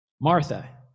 martha